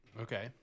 Okay